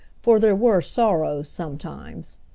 for there were sorrows sometimes.